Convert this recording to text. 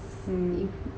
mm